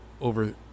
over